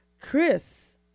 Chris